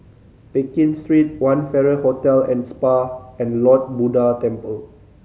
Pekin Street One Farrer Hotel and Spa and Lord Buddha Temple